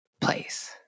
place